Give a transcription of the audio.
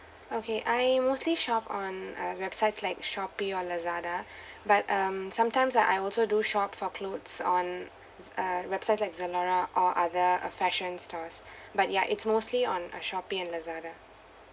okay I mostly shops on a websites like Shopee or Lazada but um sometimes uh I also do shop for clothes on uh websites like zalora or other uh fashion stores but ya it's mostly on uh shopping and Lazada